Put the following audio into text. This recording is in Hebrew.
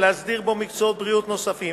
ולהסדיר בו מקצועות בריאות נוספים,